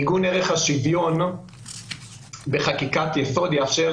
עיגון ערך השוויון בחקיקת יסוד יאפשר